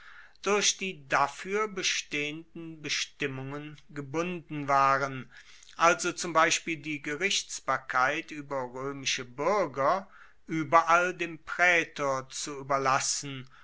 durch die dafuer bestehenden bestimmungen gebunden waren also zum beispiel die gerichtsbarkeit ueber roemische buerger ueberall dem praetor zu ueberlassen